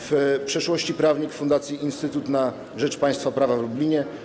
W przeszłości prawnik w Fundacji Instytut na Rzecz Państwa Prawa w Lublinie.